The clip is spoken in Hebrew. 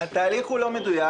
התהליך שתואר לא מדויק.